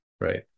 right